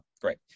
Great